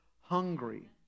hungry